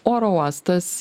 oro uostas